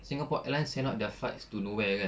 singapore airlines send out their flights to nowhere kan